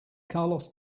carlos